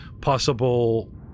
possible